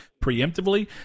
preemptively